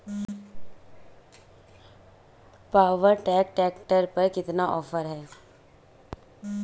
Power track tractor पर कितना offer है?